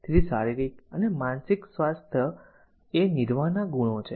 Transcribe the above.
તેથી શારીરિક અને માનસિક સ્વાસ્થ્ય એ નિર્વાહના ગુણો છે